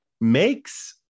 makes